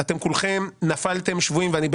ואתם כולכם נפלתם שבויים למפלגת רע"ם.